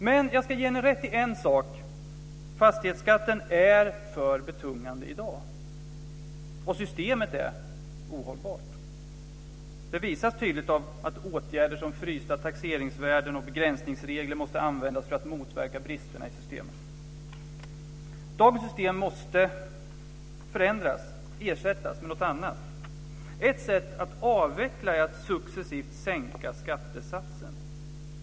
Men jag ska ge henne rätt i en sak, nämligen att fastighetsskatten är för betungande i dag och att systemet är ohållbart. Det visas tydligt av att åtgärder som frysta taxeringsvärden och begränsningsregler måste användas för att motverka bristerna i systemet. Dagens system måste förändras och ersättas med något annat. Ett sätt att avveckla är att successivt sänka skattesatsen.